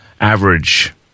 average